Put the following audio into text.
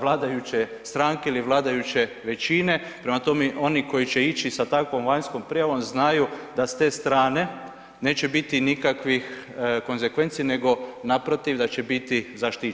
vladajuće stranke ili vladajuće većine, prema tome, oni koji će ići sa takvom vanjskom prijavom znaju da s te strane, neće biti nikakvih konsekvenci nego naprotiv, da će biti zaštićeni.